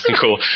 Cool